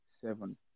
seven